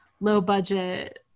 low-budget